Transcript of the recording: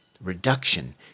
reduction